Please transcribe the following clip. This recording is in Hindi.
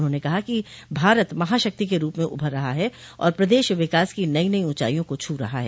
उन्होंने कहा कि भारत महाशक्ति के रूप में उभर रहा है और प्रदेश विकास की नई नई ऊँचाइयों को छू रहा है